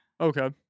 Okay